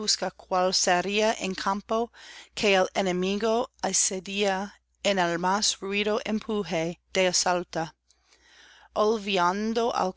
sería en campo que el enemigo asedia en el más rudo empuje del